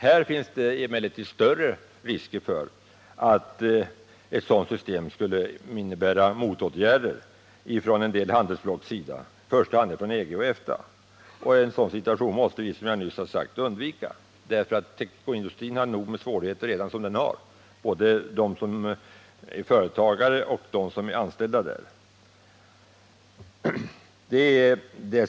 Med ett sådant system skulle risken vara större för motåtgärder från en del handelsblocks sida, i första hand från EG och EFTA. Som jag nyss sagt måste vi undvika en sådan situation, därför att tekoindustrin — och det gäller såväl företagare som anställda inom denna industri — redan nu har tillräckligt med svårigheter.